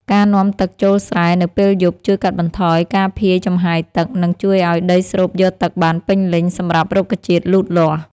ការនាំទឹកចូលស្រែនៅពេលយប់ជួយកាត់បន្ថយការភាយចំហាយទឹក និងជួយឱ្យដីស្រូបយកទឹកបានពេញលេញសម្រាប់រុក្ខជាតិលូតលាស់។